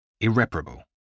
Irreparable